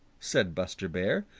said buster bear.